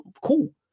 cool